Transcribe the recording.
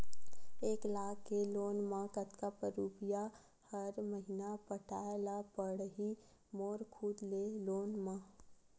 एक लाख के लोन मा कतका रुपिया हर महीना पटाय ला पढ़ही मोर खुद ले लोन मा?